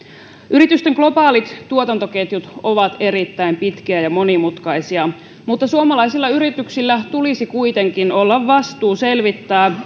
yritysten globaalit tuotantoketjut ovat erittäin pitkiä ja monimutkaisia mutta suomalaisilla yrityksillä tulisi kuitenkin olla vastuu selvittää